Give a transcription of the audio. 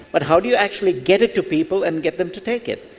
but how do you actually get it to people and get them to take it?